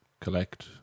collect